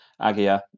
Agia